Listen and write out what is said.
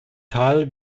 tal